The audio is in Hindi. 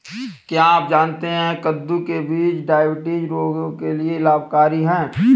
क्या आप जानते है कद्दू के बीज डायबिटीज रोगियों के लिए लाभकारी है?